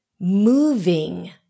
moving